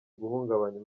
guhungabanya